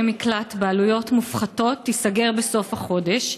מקלט בעלויות מופחתות תיסגר בסוף החודש,